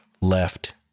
left